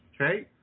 Okay